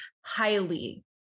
highly